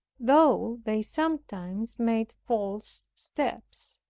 though they sometimes made false steps.